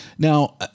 Now